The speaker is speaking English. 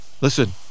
listen